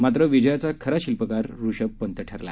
मात्र विजयाचा खरा शिल्पकार रिषभ पंत ठरला